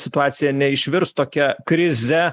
situacija neišvirs tokia krize